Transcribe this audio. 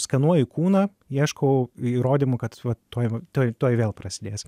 skanuoju kūną ieškau įrodymų kad va tuoj tuoj tuoj vėl prasidės